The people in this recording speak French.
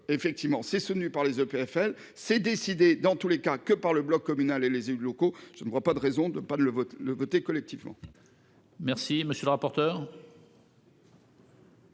effectivement c'est soutenu par les EPFL s'est décidé dans tous les cas que par le bloc communal et les élus locaux. Je ne vois pas de raison de pas de le vote le côté collectivement.